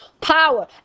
Power